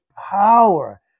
power